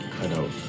cutout